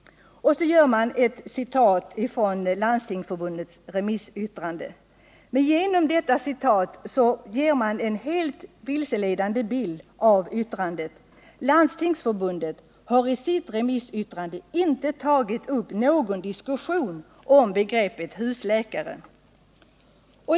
Och så gör man ett citat ur Landstingsförbundets remissyttrande. Men genom detta citat ger man en helt vilseledande bild av ytt”andet. Landstingsförbundet har i sitt remissyttrande inte tagit upp någon diskussion av begreppet husläkare.